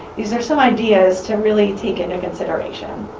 these are some ideas to really take into consideration.